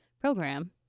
program